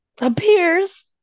Appears